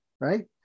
right